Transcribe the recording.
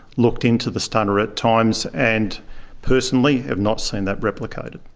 looked into the stunner at times and personally have not seen that replicated.